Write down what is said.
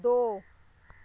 ਦੋ